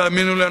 תאמינו לי,